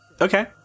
okay